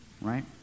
right